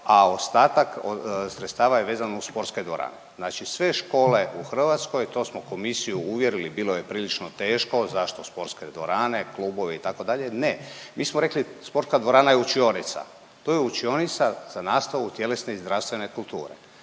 a ostatak sredstava je vezan uz sportske dvorane. Znači sve škole u Hrvatskoj, to smo komisiju uvjerili, bilo je prilično teško, zašto sportske dvorane, klubovi, itd., ne. Mi smo rekli sportska dvorana je učionica. To je učionica za nastavu tjelesne i zdravstvene kulture